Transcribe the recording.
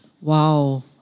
Wow